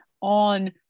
on